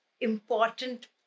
important